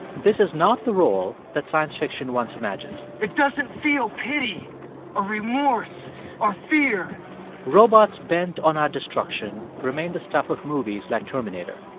this is not the role that science fiction once imagined it doesn't feel pity or remorse or fear robots bent on our destruction remain the stuff of movies like terminator.